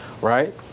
right